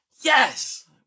yes